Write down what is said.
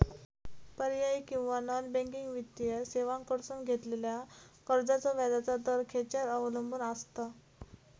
पर्यायी किंवा non banking वित्तीय सेवांकडसून घेतलेल्या कर्जाचो व्याजाचा दर खेच्यार अवलंबून आसता?